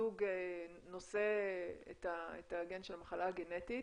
נושא את הגן של המחלה הגנטית